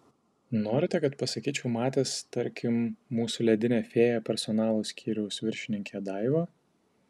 norite kad pasakyčiau matęs tarkim mūsų ledinę fėją personalo skyriaus viršininkę daivą